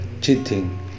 cheating